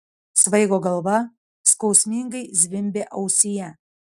svaigo galva skausmingai zvimbė ausyje